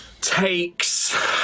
takes